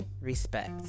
respect